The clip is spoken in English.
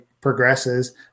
progresses